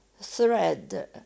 thread